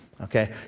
Okay